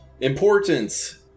Importance